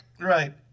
Right